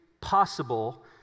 possible